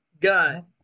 Gun